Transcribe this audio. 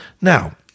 Now